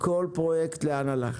כל פרויקט לאן הלך: